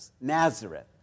Nazareth